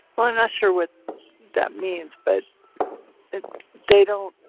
well, i'm not sure what that means, but they don't,